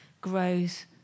grows